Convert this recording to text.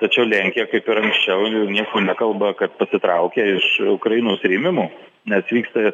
tačiau lenkija kaip ir anksčiau nieko nekalba kad pasitraukia iš ukrainos rėmimo nes vyksta